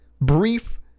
brief